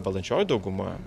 valdančioji dauguma